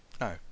No